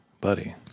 buddy